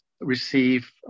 receive